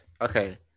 Okay